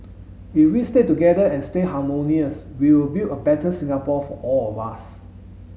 if we stay together and stay harmonious we will build a better Singapore for all of us